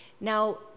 Now